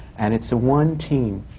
and it's one team.